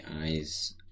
eyes